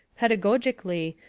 pedagogically,